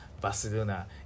Barcelona